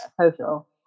social